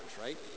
right